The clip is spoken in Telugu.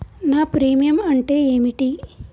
నా ప్రీమియం అంటే ఏమిటి?